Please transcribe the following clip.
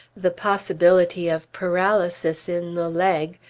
the possibility of paralysis in the leg,